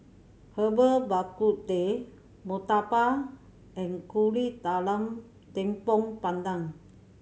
Herbal Bak Ku Teh murtabak and Kuih Talam Tepong Pandan